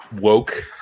woke